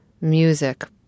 music